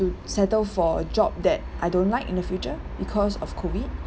to settle for a job that I don't like in the future because of COVID